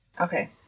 Okay